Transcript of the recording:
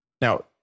Now